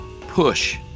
push